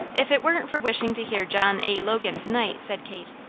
if it weren't for wishing to hear john a. logan to-night, said kate,